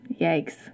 yikes